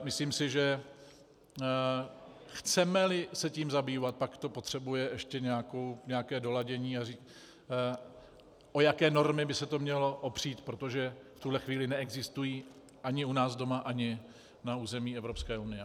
Myslím si, že chcemeli se tím zabývat, pak to potřebuje ještě nějaké doladění, o jaké normy by se to mělo opřít, protože v tuto chvíli neexistují ani u nás doma, ani na území Evropské unie.